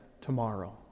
tomorrow